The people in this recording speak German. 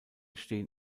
stehen